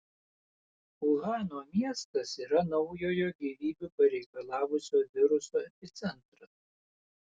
uhano miestas yra naujojo gyvybių pareikalavusio viruso epicentras